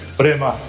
prema